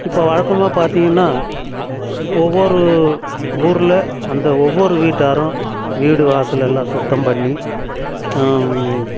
இப்போ வழக்கமாக பார்த்தீங்கன்னா ஒவ்வொரு ஊரில் அந்த ஒவ்வொரு வீட்டாரும் வீடு வாசல் எல்லாம் சுத்தம் பண்ணி